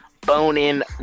bone-in